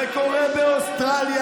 זה קורה באוסטרליה,